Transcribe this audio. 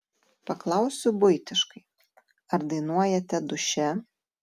paklausiu buitiškai ar dainuojate duše